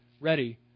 ready